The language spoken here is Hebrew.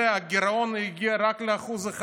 שהגירעון יגיע כנראה רק ל-1%,